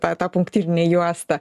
ta ta punktyrinė juostą